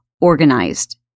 organized